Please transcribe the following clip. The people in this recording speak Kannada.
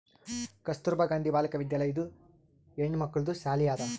ಕಸ್ತೂರ್ಬಾ ಗಾಂಧಿ ಬಾಲಿಕಾ ವಿದ್ಯಾಲಯ ಇದು ಹೆಣ್ಮಕ್ಕಳದು ಸಾಲಿ ಅದಾ